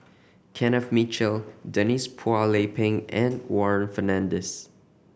Kenneth Mitchell Denise Phua Lay Peng and Warren Fernandez